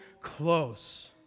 close